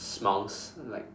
smiles like